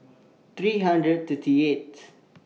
three hundred thirty eighth